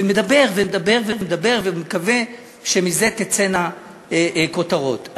ומדבר ומדבר ומדבר ומקווה שמזה תצאנה כותרות.